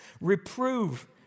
Reprove